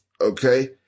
Okay